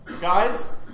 Guys